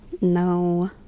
No